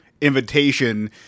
invitation